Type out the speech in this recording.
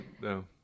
no